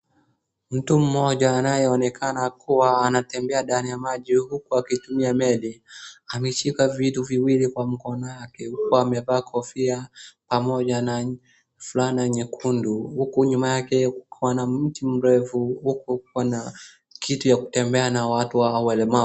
Mtu mmoja, anayeonekana kuwa anatembea ndani ya maji huku akitumia meli, ameshika vitu viwili kwenye mkono yake, huku amevaa kofia pamoja na fulana nyekundu, huku nyuma yake kukiwa na mti refu huku kukiwa na kiti ya kutembea na watu walemavu.